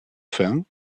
fin